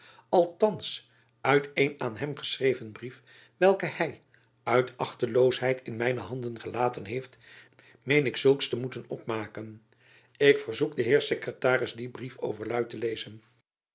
uit een aan hem geschreven brief welken hy uit achteloosheid in mijne handen gelaten heeft meen ik zulks jacob van lennep elizabeth musch te moeten opmaken ik verzoek den heer sekretaris dien brief overluid te lezen